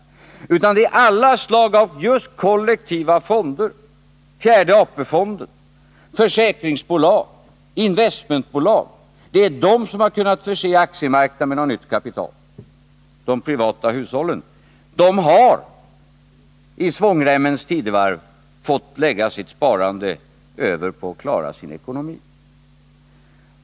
Det är i stället alla slag av kollektiva fonder — fjärde AP-fonden, försäkringsbolag och investmentbolag — som kunnat förse aktiemarknaden med nytt kapital. De privata hushållen har i svångremmens tidevarv fått lägga sitt sparande åt sidan för att klara sin ekonomi.